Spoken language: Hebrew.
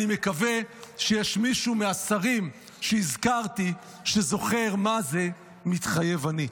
אני מקווה שיש מישהו מהשרים שהזכרתי שזוכר מה זה מתחייב אני.